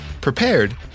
prepared